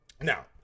Now